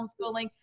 Homeschooling